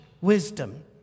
wisdom